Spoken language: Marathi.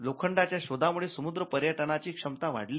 लोखंडाच्या शोधामुळे समुद्र पर्यटनाची क्षमता वाढली